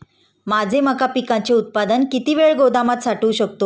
माझे मका पिकाचे उत्पादन किती वेळ गोदामात साठवू शकतो?